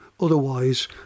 otherwise